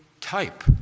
type